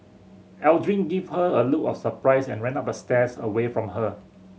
Aldrin gave her a look of surprise and ran up the stairs away from her